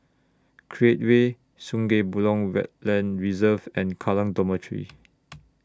Create Way Sungei Buloh Wetland Reserve and Kallang Dormitory